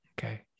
Okay